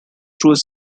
through